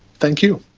thank you.